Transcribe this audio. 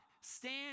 Stand